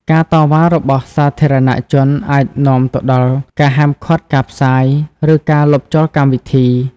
ការតវ៉ារបស់សាធារណៈជនអាចនាំទៅដល់ការហាមឃាត់ការផ្សាយ ឬការលុបចោលកម្មវិធី។